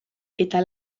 eta